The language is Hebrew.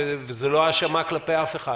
וזה לא האשמה כלפי אף אחד